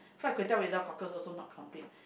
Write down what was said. fried kway teow without cockles also not complete